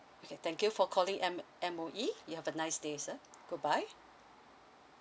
okay thank you for calling M~ M_O_E you have a nice day sir goodbye